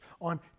on